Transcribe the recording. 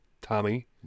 Tommy